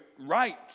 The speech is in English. right